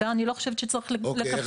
אני לא חושבת שצריך לקפח.